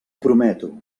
prometo